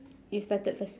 you started first